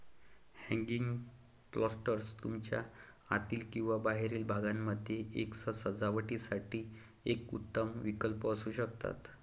hanging planters तुमच्या आतील किंवा बाहेरील भागामध्ये सजावटीसाठी एक उत्तम विकल्प असू शकतात